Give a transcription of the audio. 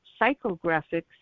psychographics